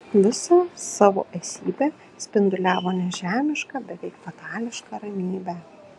visą savo esybe spinduliavo nežemišką beveik fatališką ramybę